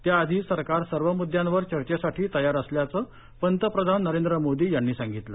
त्याआधी सरकार सर्व मुद्द्यांवर चर्चेसाठी तयार असल्याचं पंतप्रधान नरेंद्र मोदी यांनी सांगितलं